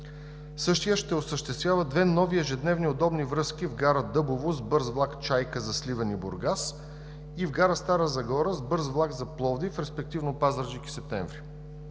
Същият ще осъществява две нови ежедневни удобни връзки в гара Дъбово с бърз влак „Чайка“ за Сливен и Бургас, и в гара Стара Загора с бърз влак за Пловдив, респективно Пазарджик и Септември.